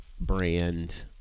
brand